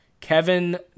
Kevin